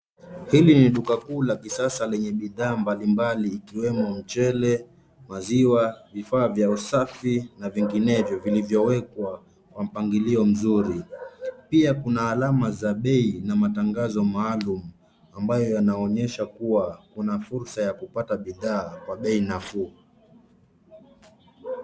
Hili ni duka kuu la kisasa lenye bidhaa mbalimbali ikiwemo mchele, maziwa, vifaa vya usafi na vinginevyo vilivyowekwa kwa mpangilio mzuri. Pia kuna alama za bei na matangazo maalum ambayo yanaonyesha kuwa kuna fursa ya kupata bidhaa kwa bei nafuu.